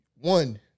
one